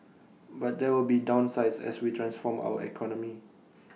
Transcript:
but there will be downsides as we transform our economy